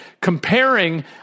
Comparing